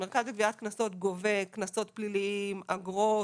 המרכז לגביית קנסות גובה קנסות פליליים, אגרות,